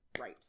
Right